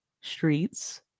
Streets